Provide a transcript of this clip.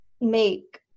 make